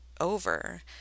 over